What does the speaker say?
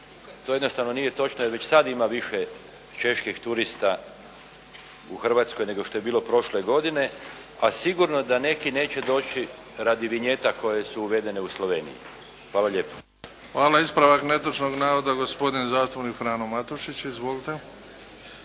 To jednostavno nije točno jer već sad ima više čeških turista u Hrvatskoj nego što je bilo prošle godine, a sigurno da neki neće doći radi Vinjeta koje su uvedene u Sloveniji. Hvala lijepo. **Bebić, Luka (HDZ)** Hvala. Ispravak netočnog navoda, gospodin zastupnik Frano Matušić. Izvolite.